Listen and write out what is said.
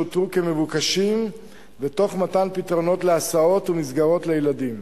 שהוכרו כמבוקשים תוך מתן פתרונות להסעות ומסגרות לילדים,